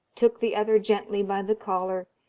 took the other gently by the collar,